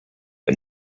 but